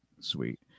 Sweet